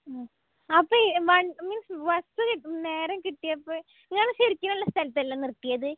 മ് അപ്പം ഈ വ മീൻസ് ബസ് കി നേരം കിട്ടിയപ്പം ഇയാൾ ശരിക്കുമുള്ള സ്ഥലത്തല്ലേ നിർത്തിയത്